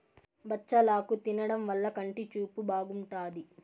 బచ్చలాకు తినడం వల్ల కంటి చూపు బాగుంటాది